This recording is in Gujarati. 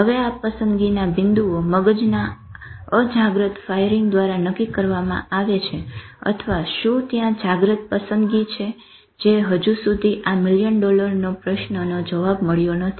હવે આ પસંદગીના બિંદુઓ મગજના અજાગ્રત ફાયરીંગ દ્વારા નક્કી કરવામાં આવે છે અથવા શું ત્યાં જાગ્રત પસંદગી છે જે હજુ સુધી આ મિલિયન ડોલર પ્રશ્નનો જવાબ મળ્યો નથી